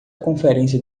conferência